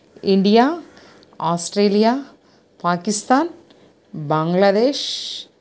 India Australia Pakistan Bangladesh